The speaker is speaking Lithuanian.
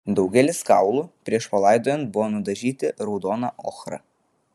daugelis kaulų prieš palaidojant buvo nudažyti raudona ochra